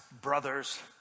Brothers